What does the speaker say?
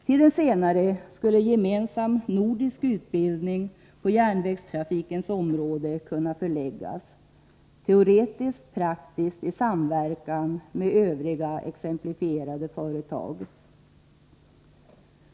Till det senare skulle gemensam nordisk utbildning på järnvägstrafikens område kunna förläggas — teoretiskt-praktiskt i samverkan med övriga exemplifierade företag.